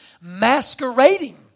masquerading